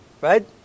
right